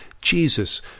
Jesus